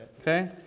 Okay